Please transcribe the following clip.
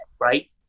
Right